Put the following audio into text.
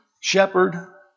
shepherd